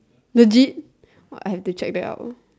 legit !wah! I have to check that out